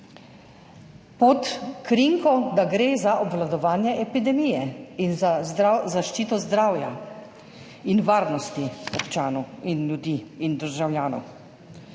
Pod krinko, da gre za obvladovanje epidemije in za zaščito zdravja in varnosti občanov in ljudi in državljanov.